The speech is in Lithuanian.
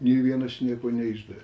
nei vienas nieko neišdavė